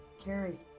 Carrie